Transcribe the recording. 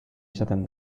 izaten